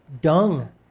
dung